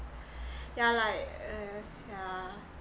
yeah like uh yeah